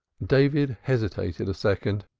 david hesitated a second.